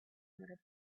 nor